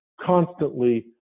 constantly